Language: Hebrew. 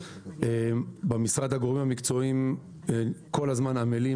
במשרד הגורמים המקצועיים כל הזמן עמלים